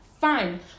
fine